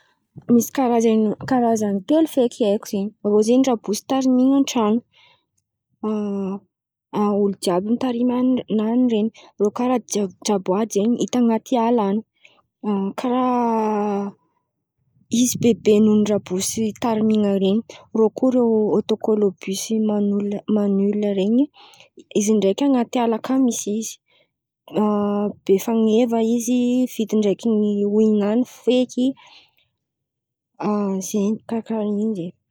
Misy karàzany karàzany telo feky haiko zen̈y: rô zen̈y rabôsy tarimin̈a antrano olo jiàby mitarimy ren̈y rô karà jaboady zen̈y hita an̈aty ala an̈y karà izy bebe noho ny rabosy tarimin̈a ren̈y.